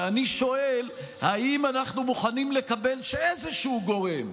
ואני שואל: האם אנחנו מוכנים לקבל שאיזשהו גורם,